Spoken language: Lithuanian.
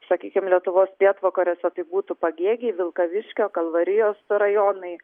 sakykim lietuvos pietvakariuose tai būtų pagėgiai vilkaviškio kalvarijos rajonai